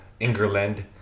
Ingerland